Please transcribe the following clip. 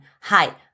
Hi